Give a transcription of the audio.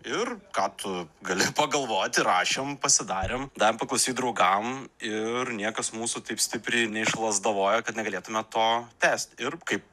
ir ką tu gali pagalvoti rašėm pasidarėm davėm paklausyt draugam ir niekas mūsų taip stipriai neišlazdavojo kad negalėtume to tęst ir kaip